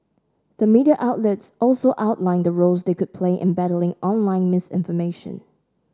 the media outlets also outlined the roles they could play in battling online misinformation